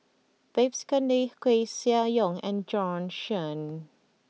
Babes Conde Koeh Sia Yong and Bjorn Shen